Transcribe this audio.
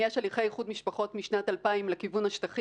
האם יש הליכי איחוד משפחות משנת 2000 לכיוון השטחים?